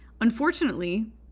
Unfortunately